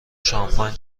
شامپاین